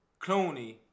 Clooney